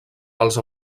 els